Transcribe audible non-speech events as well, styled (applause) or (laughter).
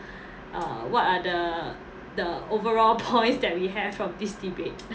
uh what are the the overall (laughs) points that we have of this debate